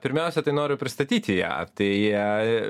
pirmiausia tai noriu pristatyti ją tai